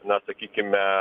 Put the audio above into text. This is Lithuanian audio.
na sakykime